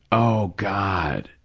oh, god,